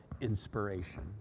inspiration